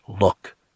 look